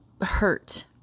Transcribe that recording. hurt